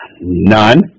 None